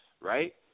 right